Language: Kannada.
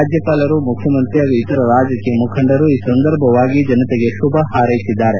ರಾಜ್ಲಪಾಲರು ಮುಖ್ಯಮಂತ್ರಿ ಹಾಗೂ ಇತರ ರಾಜಕೀಯ ಮುಖಂಡರು ಈ ಸಂದರ್ಭವಾಗಿ ಜನತೆಗೆ ಶುಭ ಹಾರ್ೈಸಿದ್ದಾರೆ